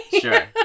Sure